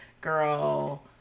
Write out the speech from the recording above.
girl